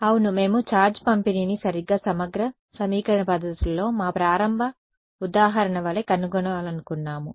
అవును మేము ఛార్జ్ పంపిణీని సరిగ్గా సమగ్ర సమీకరణ పద్ధతులలో మా ప్రారంభ ఉదాహరణ వలె కనుగొనాలనుకున్నాము